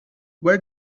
where